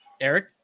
Eric